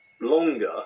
longer